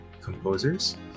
composers